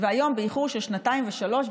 והיום זה באיחור של שנתיים ושלוש שנים.